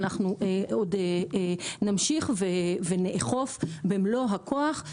אנחנו עוד נמשיך ונאכוף במלוא הכוח,